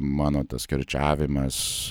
mano tas kirčiavimas